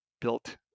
built